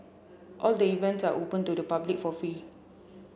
all the events are open to the public for free